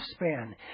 lifespan